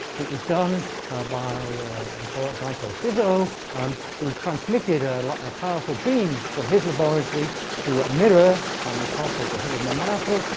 it was done by a guy called fizeau um who transmitted a like a powerful beam from his laboratory to a mirror on the top of the hill of montmartre.